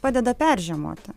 padeda peržiemoti